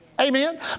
Amen